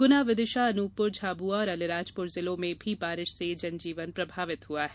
गुना विदिशा अनूपपुर झाबुआ और आलिराजपुर जिलों में भी बारिश से जनजीवन प्रभावित हुआ है